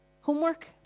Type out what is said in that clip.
Homework